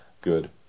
good